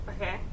Okay